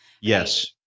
Yes